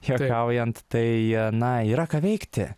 juokaujant tai na yra ką veikti